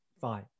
fine